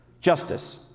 Justice